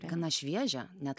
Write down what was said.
gana šviežia net